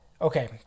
okay